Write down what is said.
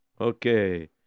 Okay